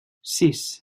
sis